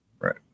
Right